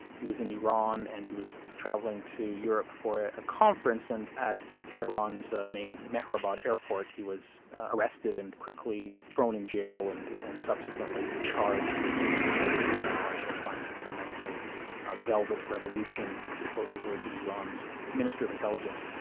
he was in iran, and he was travelling to europe for a ah conference, and at tehran's main mehrabad airport, he was arrested and quickly thrown in jail and and subsequently charged with espionage and trying to foment a velvet revolution, to quote the words of iran's minister of intelligence.